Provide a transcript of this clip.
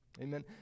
Amen